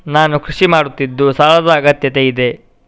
ನಾನು ಕೃಷಿ ಮಾಡುತ್ತಿದ್ದು ಸಾಲದ ಅಗತ್ಯತೆ ಇದೆ?